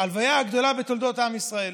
הלוויה הגדולה בתולדות ישראל.